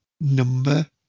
Number